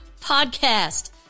podcast